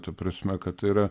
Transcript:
ta prasme kad tai yra